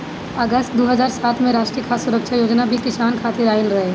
अगस्त दू हज़ार सात में राष्ट्रीय खाद्य सुरक्षा योजना भी किसान खातिर आइल रहे